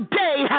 day